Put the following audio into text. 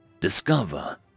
discover